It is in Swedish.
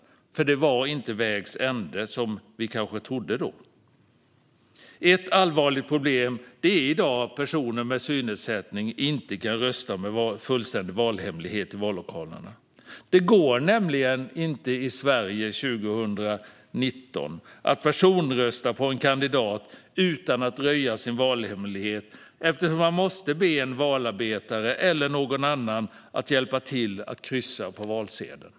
Det var inte vägs ände, som vi kanske trodde då. Ett allvarligt problem i dag är att personer med synnedsättning inte kan rösta med fullständig valhemlighet i vallokalerna. Det går nämligen inte i Sverige 2019 att personrösta på en kandidat utan att röja sin valhemlighet eftersom man måste be en valarbetare eller någon annan att hjälpa till att kryssa på valsedeln.